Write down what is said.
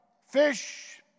fish